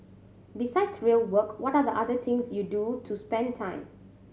besides real work what are the other things you do to spend time